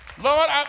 Lord